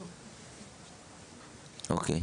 אוקיי.